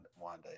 Wanda